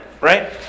right